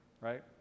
right